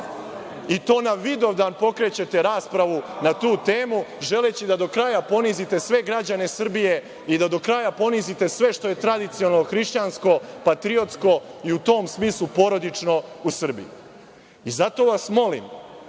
i to na Vidovdan pokrećete raspravu na tu temu, želeći da do kraja ponizite sve građane Srbije i da do kraja ponizite sve što je tradicionalno, hrišćansko, patriotsko i u tom smislu porodično u Srbiji. Zato vas molim